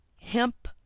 Hemp